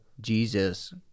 Jesus